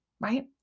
right